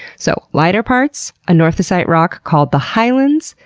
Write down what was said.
so lighter parts anorthosite rock called the highlands.